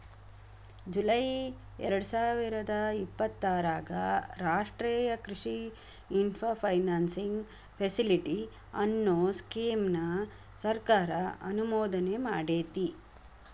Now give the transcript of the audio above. July ಎರ್ಡಸಾವಿರದ ಇಪ್ಪತರಾಗ ರಾಷ್ಟ್ರೇಯ ಕೃಷಿ ಇನ್ಫ್ರಾ ಫೈನಾನ್ಸಿಂಗ್ ಫೆಸಿಲಿಟಿ, ಅನ್ನೋ ಸ್ಕೇಮ್ ನ ಸರ್ಕಾರ ಅನುಮೋದನೆಮಾಡೇತಿ